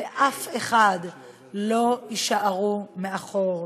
ואף אחד לא יישארו מאחור.